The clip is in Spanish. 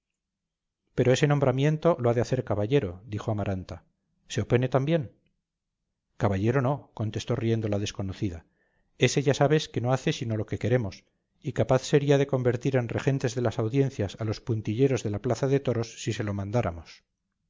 pero ese nombramiento lo ha de hacer caballero dijo amaranta se opone también caballero no contestó riendo la desconocida ese ya sabes que no hace sino lo que queremos y capaz sería de convertir en regentes de las audiencias a los puntilleros de la plaza de toros si se lo mandáramos